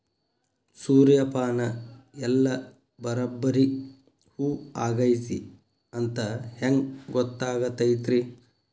ಸೂರ್ಯಪಾನ ಎಲ್ಲ ಬರಬ್ಬರಿ ಹೂ ಆಗೈತಿ ಅಂತ ಹೆಂಗ್ ಗೊತ್ತಾಗತೈತ್ರಿ?